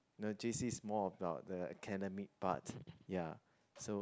the j_c is more about the academic part ya so